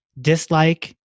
dislike